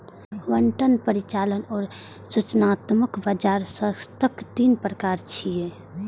आवंटन, परिचालन आ सूचनात्मक बाजार दक्षताक तीन प्रकार छियै